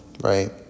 right